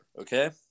okay